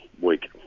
week